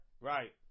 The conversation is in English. right